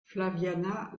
flaviana